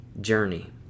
journey